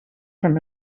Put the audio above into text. from